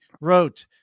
wrote